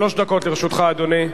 שלוש דקות לרשותך, אדוני.